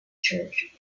church